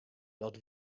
dat